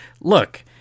Look